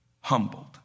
humbled